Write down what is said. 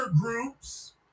groups